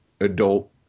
adult